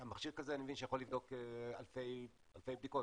אני מבין שהמכשיר יכול לבדוק אלפי בדיקות,